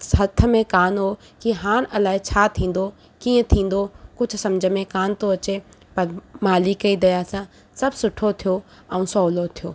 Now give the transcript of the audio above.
हथ में कोन हुओ की हाणे अलाए छा थींदो कीअं थींदो कुझु सम्झ में कोन थो अचे ब मालिक ई दया सां सभु सुठो थियो ऐं सहुलो थियो